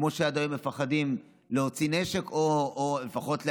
כמו שעד היום מפחדים להוציא נשק או לפחות להזהיר.